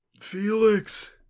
Felix